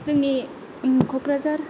जोंनि क'क्राझार